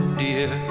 dear